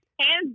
hands